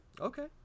Okay